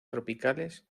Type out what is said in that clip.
tropicales